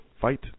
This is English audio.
fight